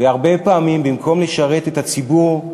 והרבה פעמים במקום לשרת את הציבור,